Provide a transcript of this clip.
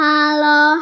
Hello